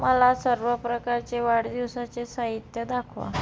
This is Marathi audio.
मला सर्व प्रकारचे वाढदिवसाचे साहित्य दाखवा